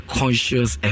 conscious